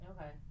Okay